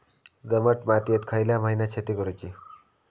दमट मातयेत खयल्या महिन्यात शेती करुची?